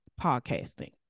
podcasting